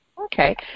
okay